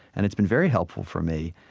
and it's been very helpful for me.